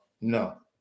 no